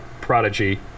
prodigy